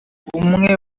umwe